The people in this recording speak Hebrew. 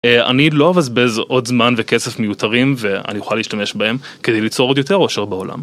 אני לא אבזבז עוד זמן וכסף מיותרים ואני אוכל להשתמש בהם כדי ליצור עוד יותר עושר בעולם.